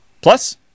Plus